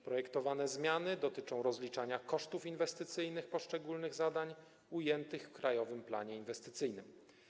Projektowane zmiany dotyczą rozliczania kosztów inwestycyjnych poszczególnych zadań ujętych w krajowym planie inwestycyjnym.